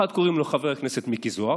אחד קוראים לו חבר הכנסת מיקי זוהר,